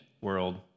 world